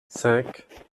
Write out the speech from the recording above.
cinq